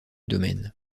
domaine